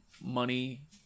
money